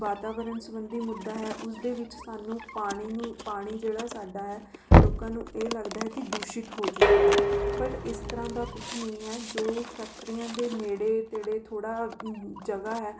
ਵਾਤਾਵਰਣ ਸੰਬੰਧੀ ਮੁੱਦਾ ਹੈ ਉਸ ਦੇ ਵਿੱਚ ਸਾਨੂੰ ਪਾਣੀ ਨੂੰ ਪਾਣੀ ਜਿਹੜਾ ਸਾਡਾ ਹੈ ਲੋਕਾਂ ਨੂੰ ਇਹ ਲੱਗਦਾ ਹੈ ਕਿ ਦੂਸ਼ਿਤ ਹੋ ਚੁੱਕਿਆ ਹੈ ਬਟ ਇਸ ਤਰ੍ਹਾਂ ਦਾ ਕੁਛ ਨਹੀਂ ਹੈ ਜੋ ਫੈਕਟਰੀਆਂ ਦੇ ਨੇੜੇ ਤੇੜੇ ਥੋੜ੍ਹਾ ਜਗ੍ਹਾ ਹੈ